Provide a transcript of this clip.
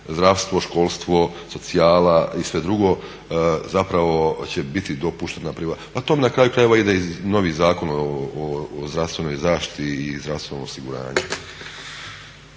zdravstvo, školstvo, socijala i sve drugo zapravo će biti dopuštena privatizacija. Pa tom na kraju krajeva ide i novi Zakon o zdravstvenog zaštiti i zdravstvenom osiguranju.